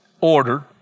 order